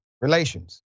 relations